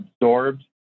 absorbed